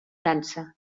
dansa